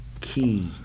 key